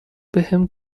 بهم